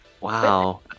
Wow